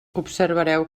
observareu